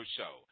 Show